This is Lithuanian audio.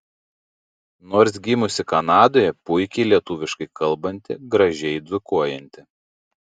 nors gimusi kanadoje puikiai lietuviškai kalbanti gražiai dzūkuojanti